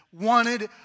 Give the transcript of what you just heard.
wanted